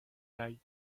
day